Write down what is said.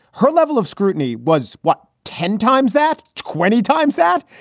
her level of scrutiny was, what, ten times that, twenty times that?